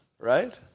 Right